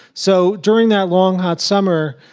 so during that long, hot summer,